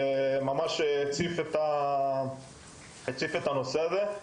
שממש הציף את הנושא הזה.